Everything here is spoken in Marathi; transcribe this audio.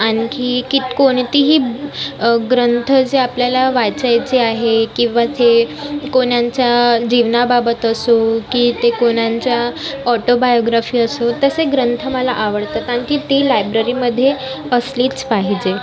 आणखी की कोणतीही ग्रंथ जे आपल्याला आहे किंवा थे कोणाच्या जीवनाबाबत असो की ते कोणाच्या ऑटोबायोग्राफी असो तसे ग्रंथ मला आवडतात आणखी ती लायब्ररीमध्ये असलीच पाहिजे